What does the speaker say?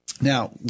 Now